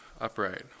upright